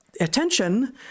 attention